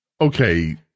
okay